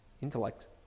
intellect